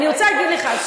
אני רוצה להגיד לך,